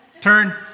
Turn